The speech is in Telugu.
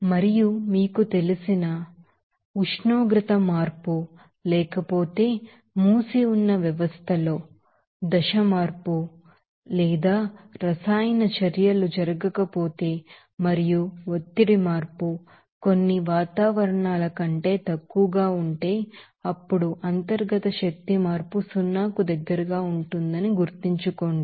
మరియు మీకు తెలిసిన మాకు తెలిసిన మేము ఉష్ణోగ్రత మార్పు లేకపోతే మూసిఉన్న వ్యవస్థలో దశ మార్పు లేదా రసాయన చర్యలు జరగకపోతే మరియు ఒత్తిడి మార్పు కొన్ని వాతావరణాల కంటే తక్కువగా ఉంటే అప్పుడు ఇంటర్నల్ ఎనర్జీ చేంజ్ సున్నాకు దగ్గరగా ఉంటుందని గుర్తుంచుకోండి